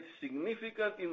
significant